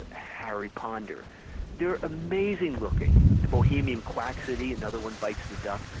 harry ponder they're amazing looking, the bohemian kwaku city another one bites the duck.